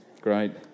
Great